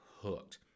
hooked